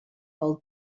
pel